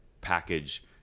package